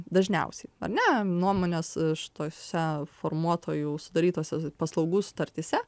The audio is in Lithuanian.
dažniausiai ar ne nuomonės šituose formuotojų sudarytose paslaugų sutartyse